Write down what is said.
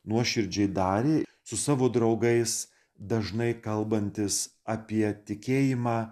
nuoširdžiai darė su savo draugais dažnai kalbantis apie tikėjimą